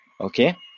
Okay